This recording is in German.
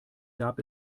gab